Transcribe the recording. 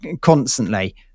constantly